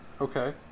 Okay